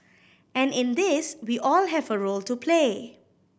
and in this we all have a role to play